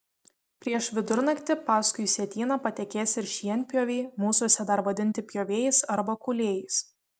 prieš vidurnaktį paskui sietyną patekės ir šienpjoviai mūsuose dar vadinti pjovėjais arba kūlėjais